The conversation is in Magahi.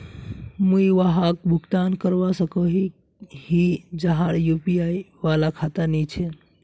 मुई वहाक भुगतान करवा सकोहो ही जहार यु.पी.आई वाला खाता नी छे?